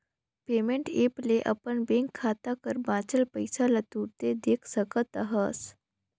payment app ले अपन bank खाता कर बांचल पइसा ल तुरते देख सकत अहस